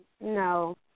no